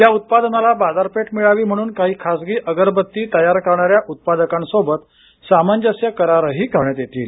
या उत्पादनाला बाजारपेठ मिळावी म्हणून काही खासगी अगरबत्ती तयार करणाऱ्या उत्पादकांसोबत सामंजस्य करारही करण्यात येतील